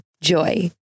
JOY